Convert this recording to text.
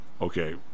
Okay